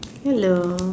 hello